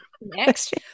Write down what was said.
next